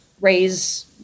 raise